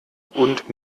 und